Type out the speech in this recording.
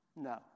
No